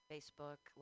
facebook